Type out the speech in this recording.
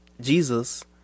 Jesus